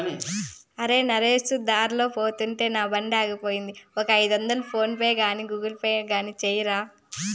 అరే, నరేసు దార్లో పోతుంటే నా బండాగిపోయింది, ఒక ఐదొందలు ఫోన్ పే గాని గూగుల్ పే గాని సెయ్యరా